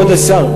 כבוד השר,